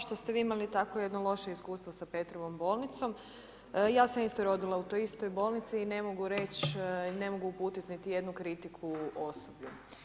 što ste vi imali tako jedno loše iskustvo sa Petrovom bolnicom, ja sam isto rodila u toj istoj bolnici i ne mogu reć i ne mogu uputi niti jednu kritiku osobi.